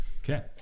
Okay